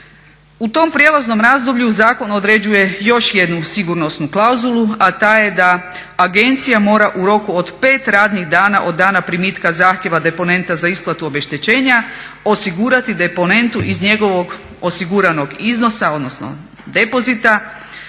U tom prijelaznom razdoblju zakon određuje još jednu sigurnosnu klauzulu, a ta je da agencija mora u roku od 5 radnih dana od dana primitka zahtjeva deponenta za isplatu obeštećenja osigurati deponentu iz njegovog osiguranog iznosa, odnosno depozita